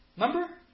Remember